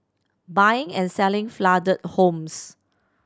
buying and selling flooded homes